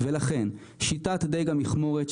לכן שיטת דיג המכמורת,